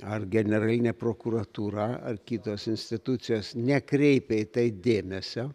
ar generalinė prokuratūra ar kitos institucijos nekreipia į tai dėmesio